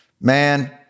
man